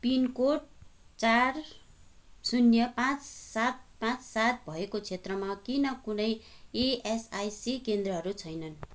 pin code चार शून्य पाँच सात पाँच सात भएको क्षेत्रमा किन कुनै इएसआइसी केन्द्रहरू छैनन्